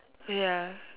ya